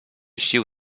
sił